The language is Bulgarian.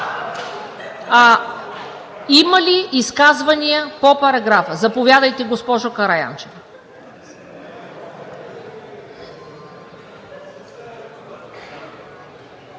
Има ли изказвания по параграфа? Заповядайте, госпожо Караянчева